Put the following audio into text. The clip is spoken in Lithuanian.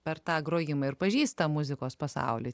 per tą grojimą ir pažįsta muzikos pasaulį